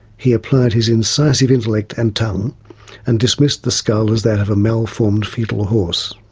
he applied his incisive intellect and tongue and dismissed the skull as that of a malformed fetal horse.